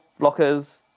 Blockers